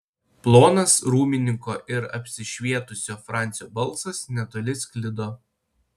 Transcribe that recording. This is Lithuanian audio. plonas rūmininko ir apsišvietusio francio balsas netoli sklido